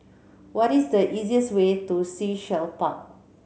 what is the easiest way to Sea Shell Park